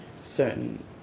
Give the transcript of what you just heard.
certain